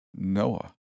Noah